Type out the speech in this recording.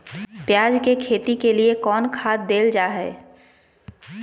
प्याज के खेती के लिए कौन खाद देल जा हाय?